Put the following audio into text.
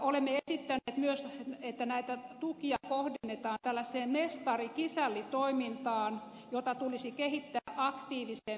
olemme esittäneet myös että näitä tukia kohdennetaan tällaiseen mestarikisälli toimintaan jota tulisi kehittää aktiivisemmin